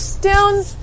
Down